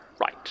Right